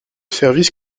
service